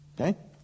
Okay